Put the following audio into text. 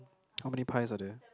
how many pies are there